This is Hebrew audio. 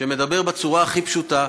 שאומר בצורה הכי פשוטה,